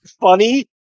Funny